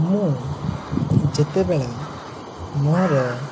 ମୁଁ ଯେତେବେଳା ମୋର